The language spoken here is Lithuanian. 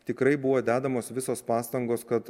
tikrai buvo dedamos visos pastangos kad